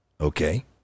Okay